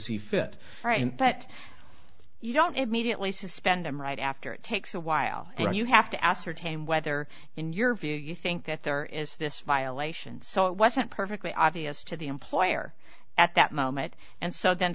see fit right but you don't immediately suspend him right after it takes a while and you have to ascertain whether in your view you think that there is this violation so it wasn't perfectly obvious to the employer at that moment and so then